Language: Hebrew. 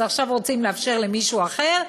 אז עכשיו רוצים לאפשר למישהו אחר.